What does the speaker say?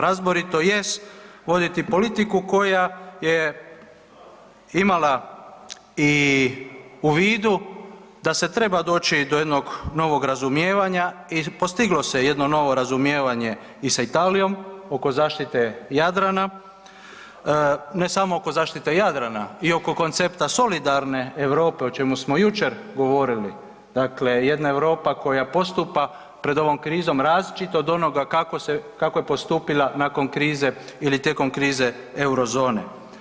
Razboriti jest vodili politiku koja je imala u vidu da se treba doći do jednog novog razumijevanja i postiglo se jedno novo razumijevanje i sa Italijom oko zaštite Jadrana, ne samo oko zaštite Jadrana i oko koncepta solidarne Europe o čemu smo jučer govorili, dakle jedna Europa koja postupa pred ovom krizom različito od onoga kako je postupila nakon krize ili tijekom krize Eurozone.